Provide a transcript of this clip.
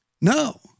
no